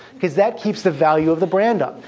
because that keeps the value of the brand up.